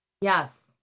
Yes